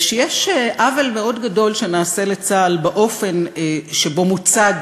שיש עוול מאוד גדול שנעשה לצה"ל באופן שבו מוצג